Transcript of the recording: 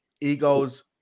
Egos